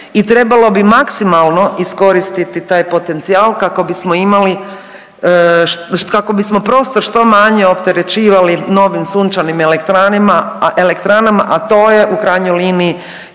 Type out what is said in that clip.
I trebalo bi maksimalno iskoristiti taj potencijal kako prostor što manje opterećivali novim sunčanim elektranama, a to je u krajnjoj liniji